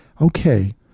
okay